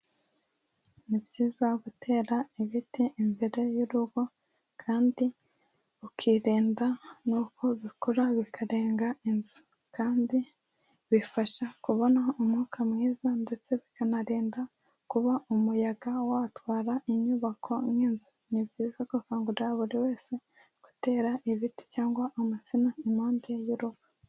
Ni byiza gutera ibiti imbere y'urugo. Kandi, ukirinda nuko bikura bikarenga inzu. Kandi, bifasha, kubona umwuka mwiza, ndetse bikanarinda kuba umuyaga watwara inyubako nk'inzu. Ni byiza gukangurira buri wese, gutera ibiti cyangwa amasina impande y'urugo.